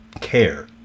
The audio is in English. care